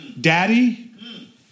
Daddy